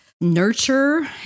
nurture